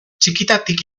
txikitatik